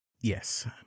Yes